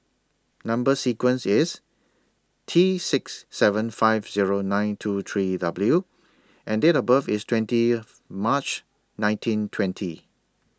Number sequence IS T six seven five Zero nine two three W and Date of birth IS twentieth March nineteen twenty